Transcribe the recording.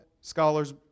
scholars